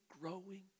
growing